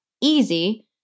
easy